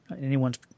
anyone's